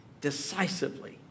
decisively